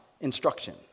instruction